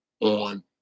on